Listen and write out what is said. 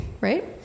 right